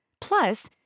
Plus